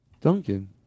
Duncan